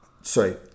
Sorry